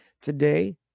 Today